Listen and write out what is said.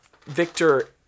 Victor